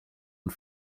und